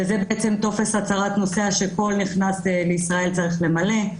וזה טופס הצהרת נוסע שכל נכנס לישראל צריך למלא.